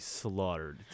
slaughtered